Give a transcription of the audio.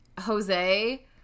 Jose